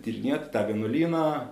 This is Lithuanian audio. tyrinėt tą vienuolyną